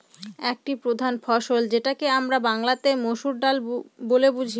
একটি প্রধান ফসল যেটাকে আমরা বাংলাতে মসুর ডাল বলে বুঝি